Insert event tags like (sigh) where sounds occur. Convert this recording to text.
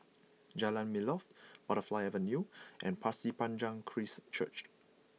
Jalan Melor (hesitation) Butterfly Avenue and Pasir Panjang Christ Church (hesitation)